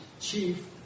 chief